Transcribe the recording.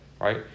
right